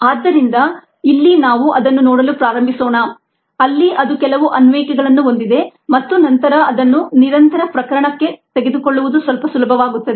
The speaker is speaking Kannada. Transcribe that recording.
ಆದ್ದರಿಂದ ಇಲ್ಲಿ ನಾವು ಅದನ್ನು ನೋಡಲು ಪ್ರಾರಂಭಿಸೋಣ ಅಲ್ಲಿ ಅದು ಕೆಲವು ಅನ್ವಯಿಕೆಗಳನ್ನು ಹೊಂದಿದೆ ಮತ್ತು ನಂತರ ಅದನ್ನು ನಿರಂತರ ಪ್ರಕರಣ ಕ್ಕೆ ತೆಗೆದುಕೊಳ್ಳುವುದು ಸ್ವಲ್ಪ ಸುಲಭವಾಗುತ್ತದೆ